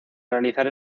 realizar